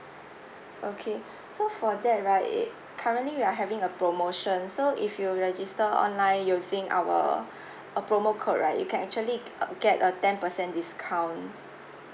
okay so for that right it currently we are having a promotion so if you register online using our uh promo code right you can actually g~ uh get a ten percent discount